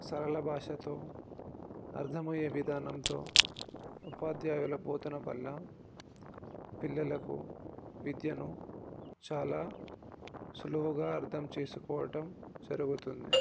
సరళ భాషతో అర్థమయ్యే విధానంతో ఉపాధ్యాయుల బోధన వల్ల పిల్లలకు విద్యను చాలా సులువుగా అర్థం చేసుకోవటం జరుగుతుంది